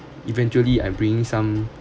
eventually I'm bringing some